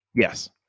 Yes